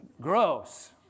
gross